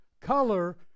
color